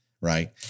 right